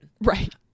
Right